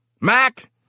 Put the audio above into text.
Mac